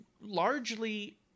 largely